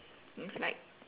it's like